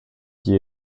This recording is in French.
qui